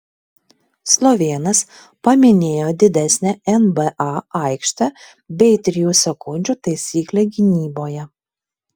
slovėnas paminėjo didesnę nba aikštę bei trijų sekundžių taisyklę gynyboje